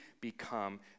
become